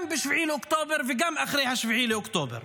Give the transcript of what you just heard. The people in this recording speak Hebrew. גם ב-7 באוקטובר וגם אחרי 7 באוקטובר.